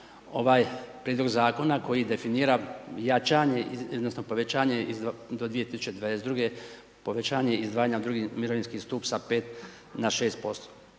ovaj prijedlog Zakona koji definira jačanje odnosno povećanje do 2022.-ge, povećanje izdvajanja u drugi mirovinski stup sa 5 na 6%